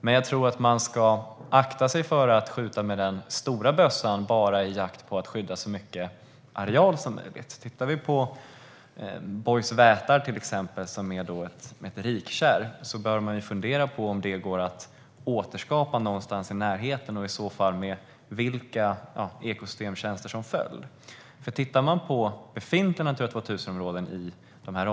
Man ska nog dock akta sig för att skjuta med den stora bössan i sin jakt att bara skydda så mycket areal som möjligt. Låt oss ta Bojsvätar som exempel. Det är ett rikkärr, och man bör fundera på om det kan gå att återskapa någonstans i närheten och i så fall med vilka ekosystemtjänster som följd. Man kan titta på befintliga Natura 2000-områden i närheten.